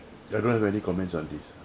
I don't have any comments on this